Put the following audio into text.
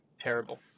terrible